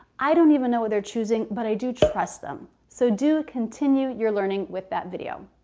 i don't even know what they're choosing but i do trust um so do continue your learning with that video.